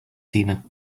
tina